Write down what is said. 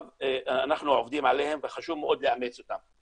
אנחנו עובדים עליהם וחשוב מאוד לאמץ אותם.